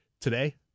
Today